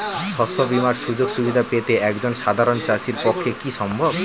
শস্য বীমার সুযোগ সুবিধা পেতে একজন সাধারন চাষির পক্ষে কি সম্ভব?